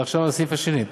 זה עכשיו הסעיף השני.